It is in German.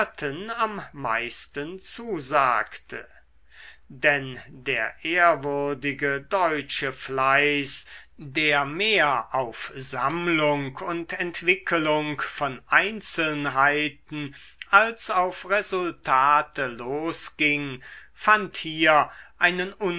am meisten zusagte denn der ehrwürdige deutsche fleiß der mehr auf sammlung und entwickelung von einzelnheiten als auf resultate losging fand hier einen